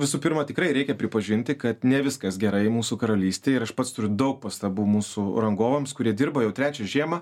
visų pirma tikrai reikia pripažinti kad ne viskas gerai mūsų karalystėj ir aš pats turiu daug pastabų mūsų rangovams kurie dirba jau trečią žiemą